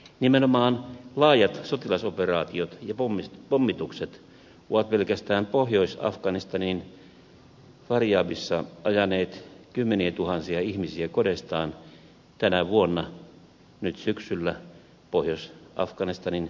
nimenomaan laajat sotilasoperaatiot ja pommitukset ovat pelkästään pohjois afganistanin faryabissa ajaneet kymmeniätuhansia ihmisiä kodeistaan tänä vuonna nyt syksyllä pohjois afganistanin talveen